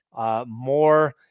more